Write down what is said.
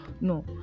no